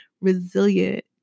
resilient